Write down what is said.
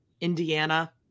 Indiana